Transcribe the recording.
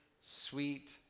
sweet